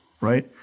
right